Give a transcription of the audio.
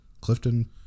clifton